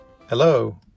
Hello